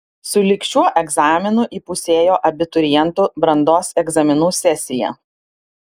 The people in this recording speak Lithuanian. su lig šiuo egzaminu įpusėjo abiturientų brandos egzaminų sesija